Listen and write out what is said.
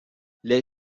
les